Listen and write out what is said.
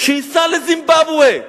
שייסע לזימבבווה,